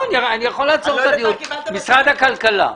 משרד הכלכלה.